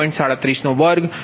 367MW